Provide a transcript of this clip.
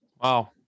Wow